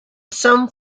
some